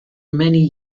many